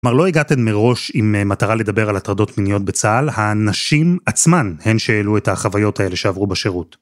כלומר לא הגעתן מראש עם מטרה לדבר על הטרדות מיניות בצה״ל. הנשים עצמן הן שהעלו את החוויות האלה שעברו בשירות.